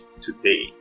today